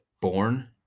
Born